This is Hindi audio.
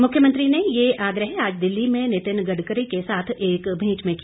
मुख्यमंत्री ने यह आग्रह आज दिल्ली में नितिन गडकरी के साथ एक भेंट में किया